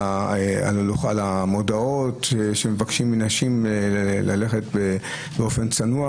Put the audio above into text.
המודעות שמבקשים מנשים ללכת באופן צנוע,